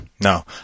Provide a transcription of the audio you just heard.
no